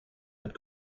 mit